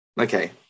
Okay